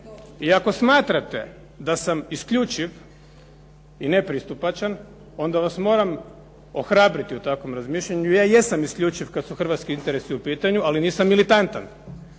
I ako smatrate da sam isključiv i nepristupačan onda vas moram ohrabriti u takvom razmišljanju, ja jesam isključiv kad su hrvatski interesi u pitanju, ali nisam militantan.